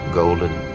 golden